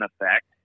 effect